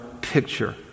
picture